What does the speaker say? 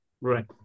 Right